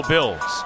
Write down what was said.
Bills